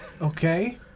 Okay